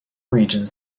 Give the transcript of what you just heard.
regions